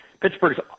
Pittsburgh's